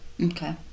Okay